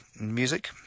music